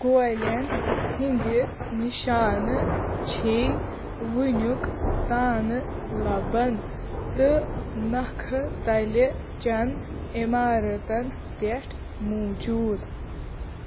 گولٮ۪ن ہِنٛدِ نِشانہٕ چھِ وٕنیُک تانہٕ لَبَن تہٕ نَکھٕ تَلہِ چٮ۪ن عمارتن پٮ۪ٹھ موٗجوٗد